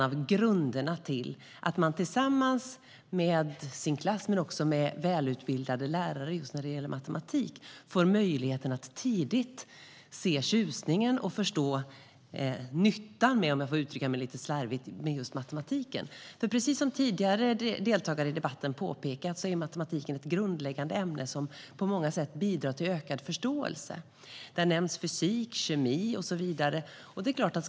Att man tillsammans med sin klass och en välutbildad lärare får möjlighet att tidigt se tjusningen och förstå nyttan av matematik är grundläggande. Precis som tidigare deltagare i debatten har påpekat är matematik ett basämne, som på många sätt bidrar till ökad förståelse. Fysik, kemi och så vidare har nämnts.